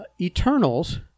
Eternals